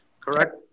correct